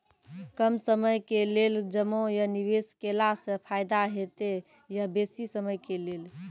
कम समय के लेल जमा या निवेश केलासॅ फायदा हेते या बेसी समय के लेल?